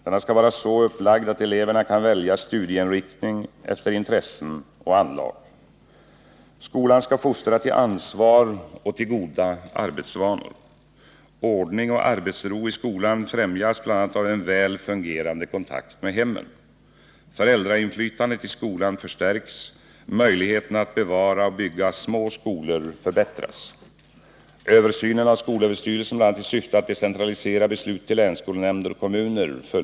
Denna skall vara så upplagd att eleverna kan välja studieinriktning efter intressen och anlag. Skolan skall fostra till ansvar och goda arbetsvanor. Ordning och arbetsro i skolan främjas bl.a. av en väl fungerande kontakt med hemmen. Föräldrainflytandet i skolan förstärks. Möjligheterna att bevara och bygga små skolor förbättras.